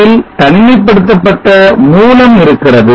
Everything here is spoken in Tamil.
இதில் தனிமைப்படுத்தப்பட்ட மூலம் இருக்கிறது